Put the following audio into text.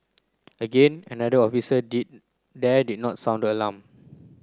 again another officer there did not sound the alarm